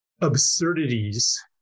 absurdities